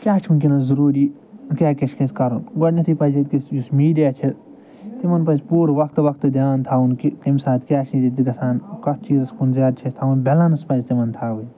کیٛاہ چھِ وٕنۍکٮ۪نَس ضٔروٗری کیٛاہ کیٛاہ چھِ اَسہِ کَرُن گۄڈٕنٮ۪تھٕے پَزِ ییٚتہِ کِس یُس میٖڈِیا چھِ تِمَن پَزِ پوٗرٕ وقتہٕ وقتہٕ دھیٛان تھاوُن کہِ اَمہِ ساتہٕ کیٛاہ چھِ ییٚتہِ گژھان کَتھ چیٖزَس کُن زیادٕ چھِ اَسہِ تھاوُن بیلینٕس پَزِ تِمَن تھاوٕنۍ